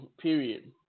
period